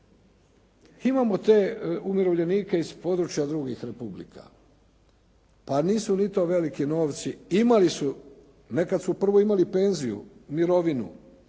Imamo te umirovljenike iz područja drugih republika. Pa nisu ni to veliki novci. Imali su, nekada su prvo imali penziju, mirovinu